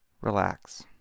Relax